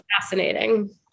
fascinating